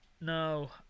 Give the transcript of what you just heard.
No